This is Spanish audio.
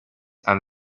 han